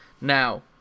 Now